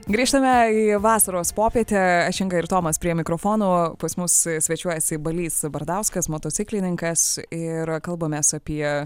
grįžtame į vasaros popietę aš inga ir tomas prie mikrofono pas mus svečiuojasi balys bardauskas motociklininkas ir kalbamės apie